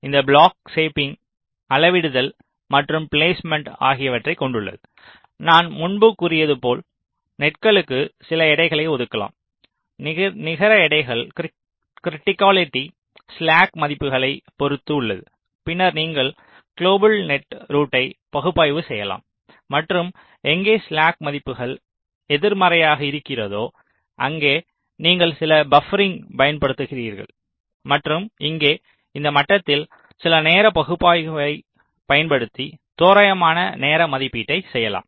இது block shaping அளவிடுதல் மற்றும் பிலேஸ்மேன்ட் ஆகியவற்றைக் கொண்டுள்ளது நான் முன்பு கூறியது போல் நெட்களுக்கு சில எடைகளை ஒதுக்கலாம் நிகர எடைகள் கிரீடிக்காலிட்டி ஸ்லாக் மதிப்புக ளை பொறுத்து உள்ளது பின்னர் நீங்கள் குளோபல் நெட் ரூட்டை பகுப்பாய்வு செய்யலாம் மற்றும் எங்கே ஸ்லாக் மதிப்புகள் எதிர்மறையாக இருக்கிறதோ அங்கே நீங்கள் சில பப்பரிங்களைப் பயன்படுத்துகிறீர்கள் மற்றும் இங்கே இந்த மட்டத்தில் சில நேர பகுப்பாய்வுகளைப் பயன்படுத்தி தோராயமான நேர மதிப்பீட்டைச் செய்யலாம்